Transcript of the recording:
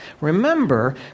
Remember